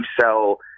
sell